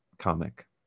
comic